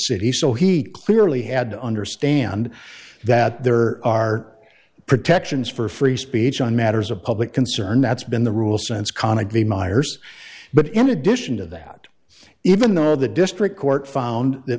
city so he clearly had to understand that there are protections for free speech on matters of public concern that's been the rule since comically miers but in addition to that even though the district court found that